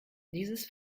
dieses